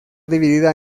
dividida